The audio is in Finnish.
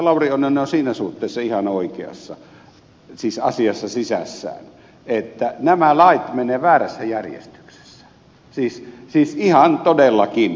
lauri oinonen on siinä suhteessa ihan oikeassa siis asiassa sisässään että nämä lait menevät väärässä järjestyksessä siis ihan todellakin